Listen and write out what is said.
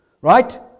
right